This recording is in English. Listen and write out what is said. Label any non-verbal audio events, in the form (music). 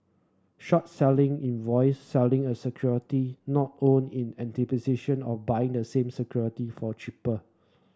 short selling invoice selling a security not owned in (unintelligible) of buying the same security for cheaper